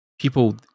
people